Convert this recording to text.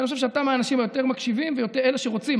כי אני חושב שאתה אחד האנשים היותר-מקשיבים ואלה שרוצים.